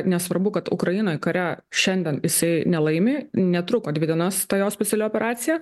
nesvarbu kad ukrainoj kare šiandien jisai nelaimi netruko dvi dienas ta jo speciali operacija